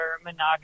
monogamous